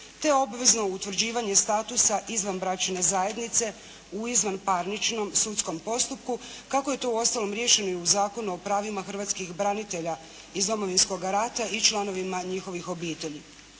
te obvezno utvrđivanje statusa izvanbračne zajednice u izvanparničnom sudskom postupku kako je to uostalom riješeno i u Zakonu o pravima hrvatskih branitelja iz Domovinskoga rata i članovima njihovih obitelji.